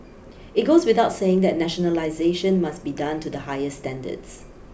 it goes without saying that nationalisation must be done to the highest standards